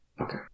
Okay